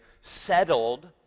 settled